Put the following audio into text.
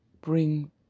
bring